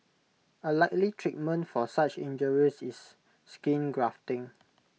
A likely treatment for such injuries is skin grafting